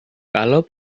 kalau